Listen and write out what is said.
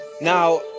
Now